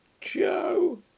Joe